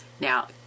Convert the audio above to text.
now